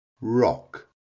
Rock